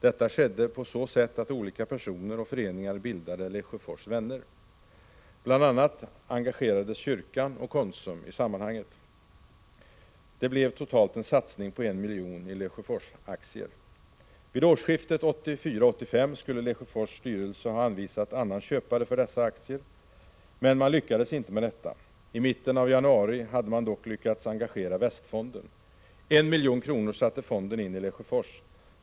Detta skedde på så sätt att olika personer och föreningar bildade ”Lesjöfors vänner”. Bl. a. engagerades kyrkan och Konsum i sammanhanget. Det blev totalt en satsning på 1 miljon i Lesjöfors aktier. Vid årsskiftet 1984-1985 skulle Lesjöfors styrelse ha anvisat annan köpare för dessa aktier. Men man lyckades inte med detta. I mitten av januari hade man dock lyckats engagera Västfonden. 1 milj.kr. satte fonden in i Lesjöfors.